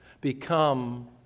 become